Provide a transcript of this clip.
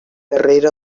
darrere